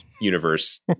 universe